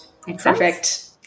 Perfect